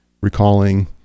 recalling